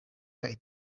kaj